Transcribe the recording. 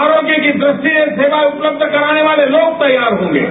आरोग्य की दृष्टि से सेवा उपलब्य कराने वाले लोग तैयार होंगे